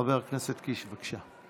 חבר הכנסת קיש, בבקשה.